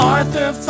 Arthur